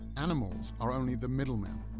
animals are only the middlemen.